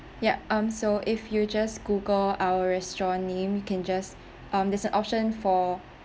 ya um so if you just Google our restaurant name you can just um there's an option for